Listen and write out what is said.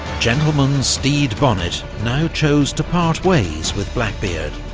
gentleman stede bonnet now chose to part ways with blackbeard.